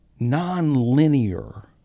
nonlinear